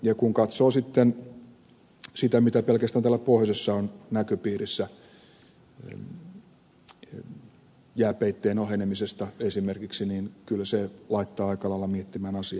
kun katsoo sitten sitä mitä pelkästään täällä pohjoisessa on näköpiirissä esimerkiksi jääpeitteen ohenemisena niin kyllä se laittaa aika lailla miettimään asiaa